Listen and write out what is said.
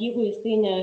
jeigu jisai ne